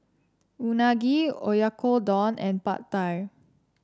Unagi Oyakodon and Pad Thai